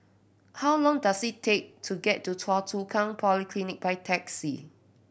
how long does it take to get to Choa Chu Kang Polyclinic by taxi